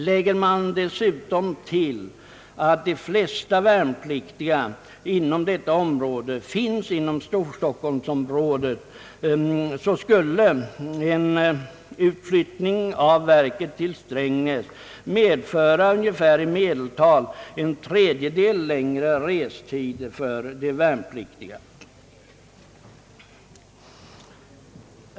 Lägger man dessutom därtill att de flesta värnpliktiga inom detta område bor i Storstockholm, finner man att en utflyttning av verket till Strängnäs skulle medföra i medeltal en ökning av restiden med ungefär en tredjedel för de värnpliktiga.